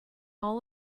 all